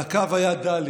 על הקו היה ד'.